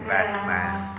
Batman